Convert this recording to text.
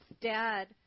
dad